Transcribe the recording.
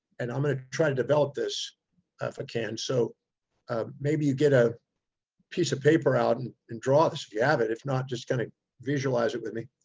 and i'm going to try to develop this ah if i can. so ah maybe you get a piece of paper out and and draw this. if you have it, if not, just kind of visualize it with me.